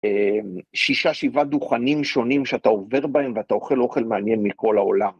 שישה, שבעה דוכנים שונים שאתה עובר בהם ואתה אוכל אוכל מעניין מכל העולם.